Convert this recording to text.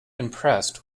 impressed